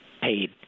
paid